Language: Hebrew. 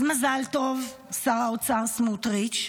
אז מזל טוב, שר האוצר סמוטריץ',